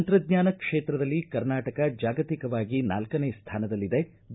ತಂತ್ರಜ್ಞಾನ ಕ್ಷೇತ್ರದಲ್ಲಿ ಕರ್ನಾಟಕ ಜಾಗತಿಕವಾಗಿ ನಾಲ್ಕನೇ ಸ್ಥಾನದಲ್ಲಿದೆ ಬಿ